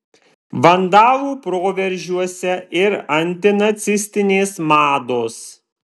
vandalų proveržiuose ir antinacistinės mados